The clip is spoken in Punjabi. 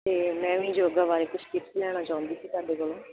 ਅਤੇ ਮੈਂ ਵੀ ਯੋਗਾ ਬਾਰੇ ਕੁਝ ਟਿਪਸ ਲੈਣਾ ਚਾਹੁੰਦੀ ਸੀ ਤੁਹਾਡੇ ਕੋਲੋਂ